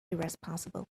irresponsible